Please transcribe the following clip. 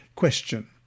question